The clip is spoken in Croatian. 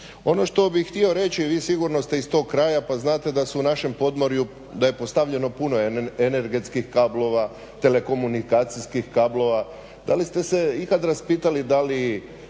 Ono što bih htio reći, vi sigurno ste iz tog kraja pa znate da su u našem podmorju da je postavljeno puno energetskih kablova, telekomunikacijskih kablova, da li ste se ikad raspitali da li